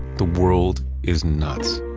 the world is nuts.